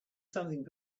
something